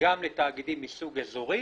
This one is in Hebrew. גם לתאגידים מסוג אזורי,